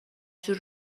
جور